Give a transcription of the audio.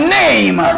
name